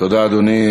תודה, אדוני.